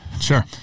Sure